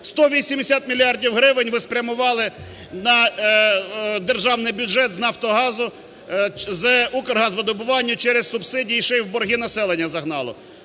180 мільярдів гривень ви спрямували на державний бюджет з "Нафтогазу", з "Укргазвидобування" через субсидії, ще й в борги населення загнали.